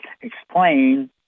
explain